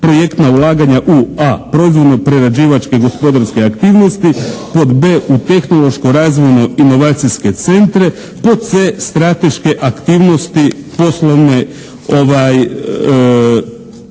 projektna ulaganja u a) proizvodno-prerađivačke gospodarske aktivnosti, pod b) u tehnološko-razvojno inovacijske centre, pod c) strateške aktivnosti poslovne